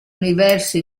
universo